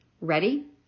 Ready